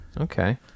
okay